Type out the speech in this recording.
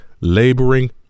laboring